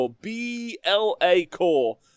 B-L-A-Core